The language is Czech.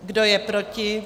Kdo je proti?